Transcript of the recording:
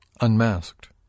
unmasked